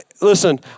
Listen